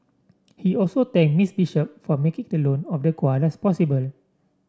he also thanked Miss Bishop for making the loan of the koalas possible